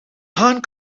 haan